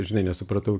žinai nesupratau